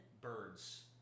birds